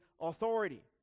authority